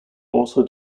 also